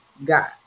got